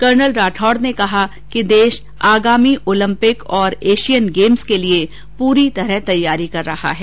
colonel Rathore ने कहा कि देश आगामी ओलम्पिक और एशियन गेम्स के लिए पूरी तैयारी कर रहा है